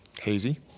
hazy